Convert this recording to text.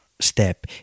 step